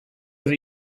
that